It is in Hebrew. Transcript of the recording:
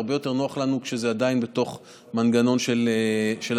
הרבה יותר נוח לנו כשזה עדיין בתוך מנגנון של הממשלה,